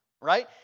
Right